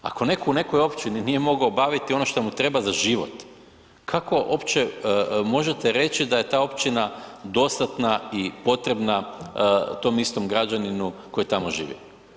Ako netko u nekoj općini nije mogao obaviti ono što mu treba za život, kako uopće možete reći da je ta općina dostatna i potreba tom istom građaninu koji tamo živi?